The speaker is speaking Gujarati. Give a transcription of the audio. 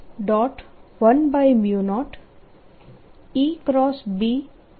10 તરીકે લખી શકું છું